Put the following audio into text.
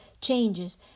changes